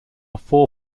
four